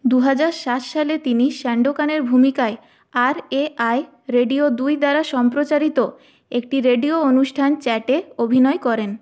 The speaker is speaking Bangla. দুহাজার সাত সালে তিনি স্যান্ডোকানের ভূমিকায় আর এ আই রেডিও দুই দ্বারা সম্প্রচারিত একটি রেডিও অনুষ্ঠান চ্যাটে অভিনয় করেন